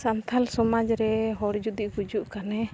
ᱥᱟᱱᱛᱟᱞ ᱥᱚᱢᱟᱡᱽ ᱨᱮ ᱦᱚᱲ ᱡᱩᱫᱤ ᱜᱩᱡᱩᱜ ᱠᱷᱟᱱᱮ